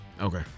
okay